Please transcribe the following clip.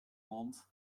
mond